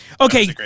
Okay